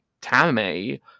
Tammy